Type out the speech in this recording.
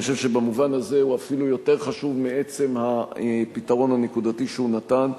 אני חושב שבמובן הזה הוא אפילו יותר חשוב מעצם הפתרון הנקודתי שהוא נתן.